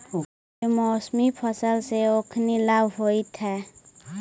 बेमौसमी फसल से ओखनी लाभ होइत हइ